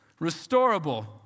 Restorable